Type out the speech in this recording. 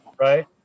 Right